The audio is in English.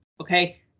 okay